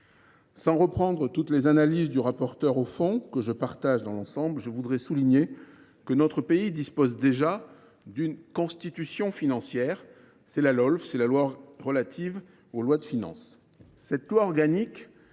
Sans reprendre toutes les analyses du rapporteur au fond, que je partage dans l’ensemble, je souligne que notre pays dispose déjà d’une Constitution financière, en quelque sorte : la loi organique relative aux lois de finances.